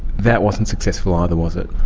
that wasn't successful either was it?